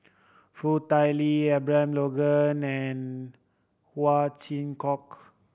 Foo Tui Liew Abraham Logan and Ow Chin Hock